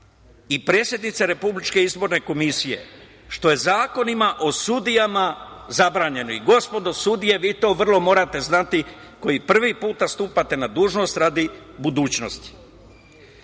i predsednice Republičke izborne komisije, što je zakonima o sudijama zabranjeno. Gospodo sudije, vi to morate znate, koji prvi put stupate na dužnost, radi budućnosti.